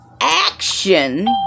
action